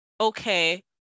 okay